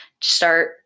Start